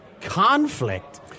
conflict